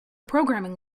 programming